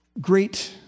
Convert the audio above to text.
great